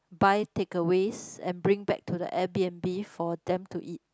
buy takeaways and bring back to the Airbnb for them to eat